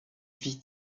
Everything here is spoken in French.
vie